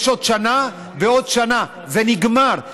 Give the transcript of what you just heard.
יש עוד שנה ועוד שנה ונגמר,